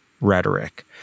rhetoric